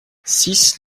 six